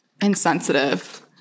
insensitive